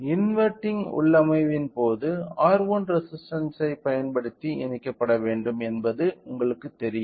inverting உள்ளமைவின் போது R1 resistance பயன்படுத்தி இணைக்கப்பட வேண்டும் என்பது உங்களுக்குத் தெரியும்